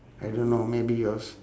I don't know maybe yours